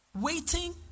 waiting